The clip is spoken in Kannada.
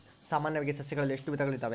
ಸಾಮಾನ್ಯವಾಗಿ ಸಸಿಗಳಲ್ಲಿ ಎಷ್ಟು ವಿಧಗಳು ಇದಾವೆ?